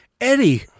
Eddie